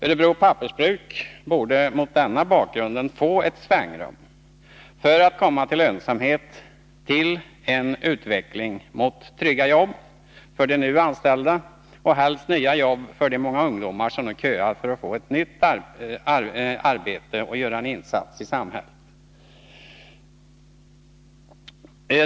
Örebro Pappersbruk borde mot den bakgrunden få ett svängrum för att komma till lönsamhet, till en utveckling mot trygga jobb för de nu anställda och helst också nya jobb för de många ungdomar som köar för att få ett arbete och göra en insats i samhället.